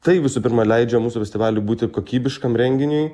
tai visų pirma leidžia mūsų festivaliui būti kokybiškam renginiui